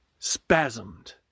spasmed